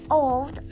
old